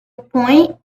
point